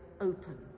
open